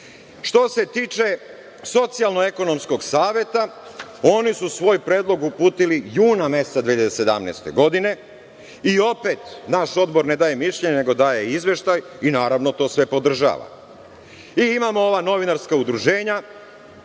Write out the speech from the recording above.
ovo. Što se tiče Socijalno-ekonomskog saveta, oni svoj predlog uputili juna meseca 2017. godine i opet naš Odbor ne daje mišljenje, nego daje izveštaj, i naravno to sve podržava. I, imamo ova novinarska udruženja